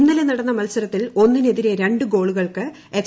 ഇന്നലെ നടന്ന മത്സരത്തിൽ ഒന്നിനെതിരെ രണ്ട് ഗോളുകൾക്ക് എഫ്